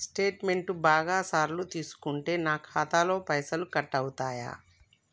Statement బాగా సార్లు తీసుకుంటే నాకు ఖాతాలో పైసలు కట్ అవుతయా?